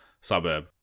suburb